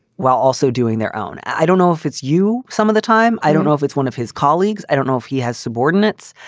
while also doing their own. i don't know if it's you. some of the time. i don't know if it's one of his colleagues. i don't know if he has subordinates.